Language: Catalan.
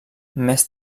més